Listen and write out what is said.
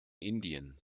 indien